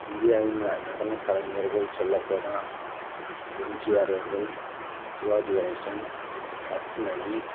இந்தியாவின் நடனக் கலைஞர்கள் சொல்லப்போனல் எம்ஜிஆர் அவர்கள் சிவாஜி கணேசன் பத்மனி